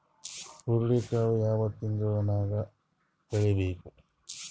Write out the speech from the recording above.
ಹುರುಳಿಕಾಳು ಯಾವ ತಿಂಗಳು ನ್ಯಾಗ್ ಬೆಳಿಬೇಕು?